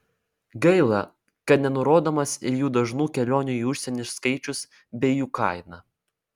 gaila kad nenurodomas ir jų dažnų kelionių į užsienį skaičius bei jų kaina